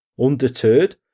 Undeterred